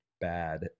bad